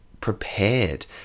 prepared